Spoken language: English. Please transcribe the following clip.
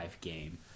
game